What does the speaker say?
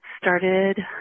started